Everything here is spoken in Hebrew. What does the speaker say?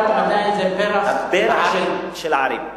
הפרח של הערים,